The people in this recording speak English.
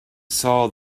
saw